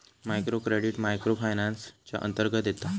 micro credit micro finance च्या अंतर्गत येता